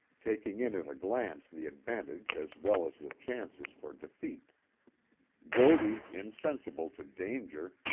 taking in at a glance the advantages as well as the chances for defeat godey insensible to danger,